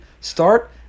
start